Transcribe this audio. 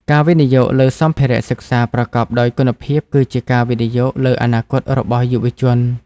ការវិនិយោគលើសម្ភារៈសិក្សាប្រកបដោយគុណភាពគឺជាការវិនិយោគលើអនាគតរបស់យុវជន។